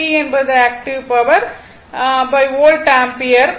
P என்பது active power volt ampere